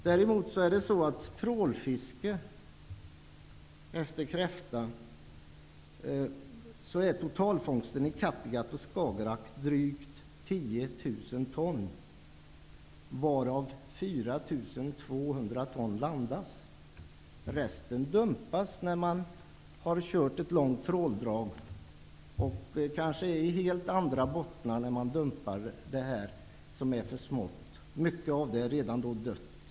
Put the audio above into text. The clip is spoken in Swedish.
Däremot när det gäller trålfiske efter kräfta är totalfångsten i Kattegatt och Skagerrak drygt 10 000 ton varav 4 200 ton landas. Resten dumpas när man har kört ett långt tråldrag, och man kanske är i helt andra bottnar när man dumpar det som är för smått. Mycket av det är då redan dött.